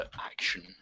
action